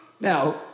Now